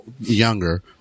younger